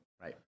right